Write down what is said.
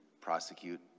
prosecute